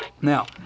Now